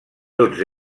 tots